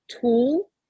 tool